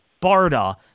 BARDA